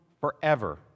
forever